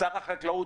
שר החקלאות,